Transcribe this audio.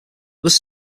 was